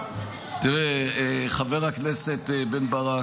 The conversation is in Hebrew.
--- חבר הכנסת בן ברק,